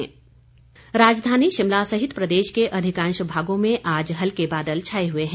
मौसम राजधानी शिमला सहित प्रदेश के अधिकांश भागों में आज हल्के बादल छाए हुए हैं